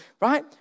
right